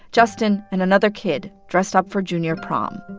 justin and another kid, dressed up for junior prom.